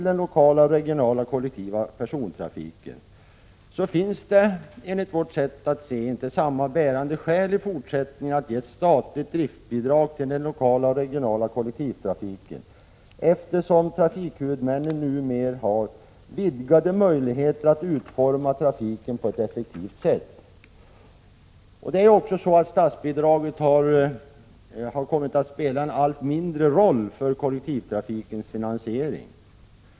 Enligt vårt sätt att se finns det i fortsättningen inte samma bärande skäl att ge ett statligt driftbidrag till den lokala och regionala kollektiva persontrafiken, eftersom trafikhuvudmännen numera har vidgade möjligheter att utforma trafiken på ett effektivt sätt. Statsbidraget har också kommit att spela en allt mindre roll för kollektivtrafikens finansiering.